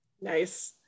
Nice